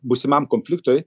būsimam konfliktui